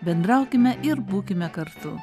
bendraukime ir būkime kartu